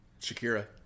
Shakira